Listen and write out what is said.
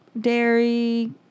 Dairy